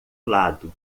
lado